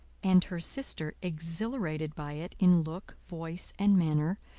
and her sister exhilarated by it in look, voice, and manner,